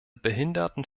behinderten